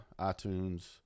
iTunes